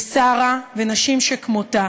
ושרה ונשים כמותה